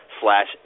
slash